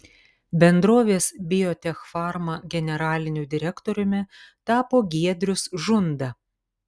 bendrovės biotechfarma generaliniu direktoriumi tapo giedrius žunda